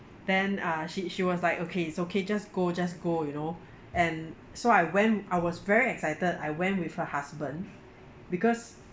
then uh she she was like okay it's okay just go just go you know and so I went I was very excited I went with her husband because